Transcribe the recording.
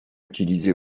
utilisés